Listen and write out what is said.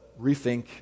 rethink